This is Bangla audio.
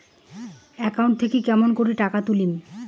একাউন্ট থাকি কেমন করি টাকা তুলিম?